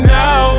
now